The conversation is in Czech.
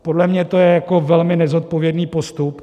Podle mě to je velmi nezodpovědný postup.